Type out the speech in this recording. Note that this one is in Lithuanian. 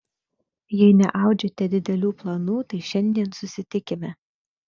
jei neaudžiate didelių planų tai šiandien susitikime